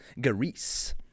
Greece